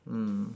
mm